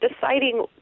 deciding